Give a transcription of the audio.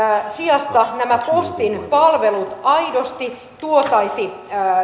sijasta nämä postin palvelut aidosti tuotaisiin